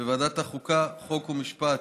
בוועדת החוקה, חוק ומשפט,